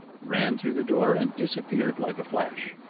ran through the door and disappeared like a flash!